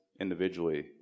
individually